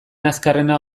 azkarrena